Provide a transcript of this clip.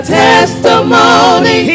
testimony